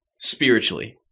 spiritually